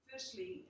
Firstly